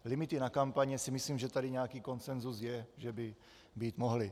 Limity na kampaně myslím, že tady nějaký konsenzus je, že by být mohly.